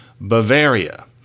bavaria